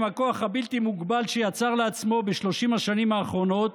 עם הכוח הבלתי-מוגבל שיצר לעצמו ב-30 השנים האחרונות,